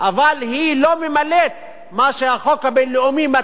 אבל היא לא ממלאת מה שהחוק הבין-לאומי מטיל